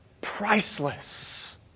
priceless